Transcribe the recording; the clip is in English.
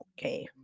Okay